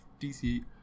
dc